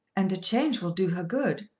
and a change will do her good.